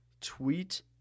Tweet